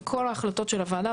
וכל ההחלטות של הוועדה,